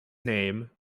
name